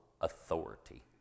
authority